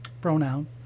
pronoun